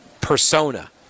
persona